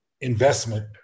investment